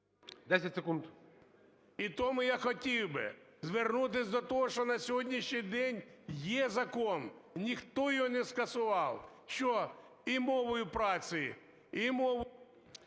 НІМЧЕНКО В.І. І тому я хотів би звернутись до того, що на сьогоднішній день є закон, ніхто його не скасував, що і мовою праці, і мовою…